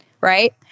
right